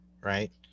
right